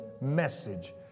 message